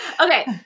Okay